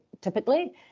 typically